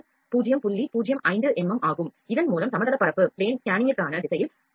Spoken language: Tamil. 05mm ஆகும் இதன் மூலம் சமதளப் பரப்பு ஸ்கேனிங்கிற்கான திசையில் 0